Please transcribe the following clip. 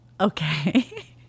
okay